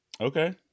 Okay